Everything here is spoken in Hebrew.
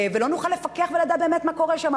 ולא נוכל לפקח ולדעת באמת מה קורה שם.